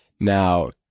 now